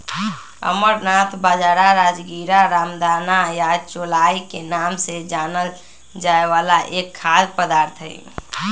amaranth बाजरा, राजगीरा, रामदाना या चौलाई के नाम से जानल जाय वाला एक खाद्य पदार्थ हई